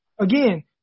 Again